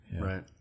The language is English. Right